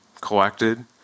collected